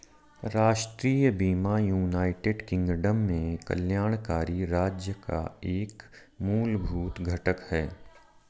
राष्ट्रीय बीमा United Kingdom में कल्याणकारी राज्य का एक मूलभूत घटक है